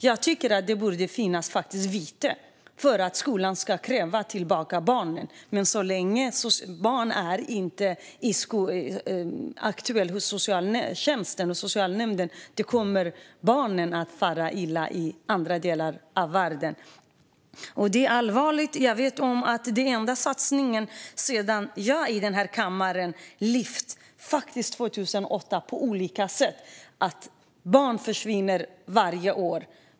Jag tycker att det borde finnas viten och att skolan ska kräva tillbaka barnen, men så länge barnen inte är aktuella hos socialtjänsten eller socialnämnden kommer de att fara illa i andra delar av världen. Detta är allvarligt. Jag har sedan 2008 på olika sätt i denna kammare lyft upp att barn försvinner varje år.